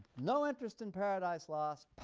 no interest in paradise lost.